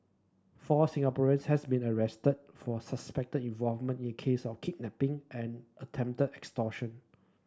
four Singaporeans has been arrested for suspected involvement in case of kidnapping and attempted extortion